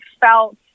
felt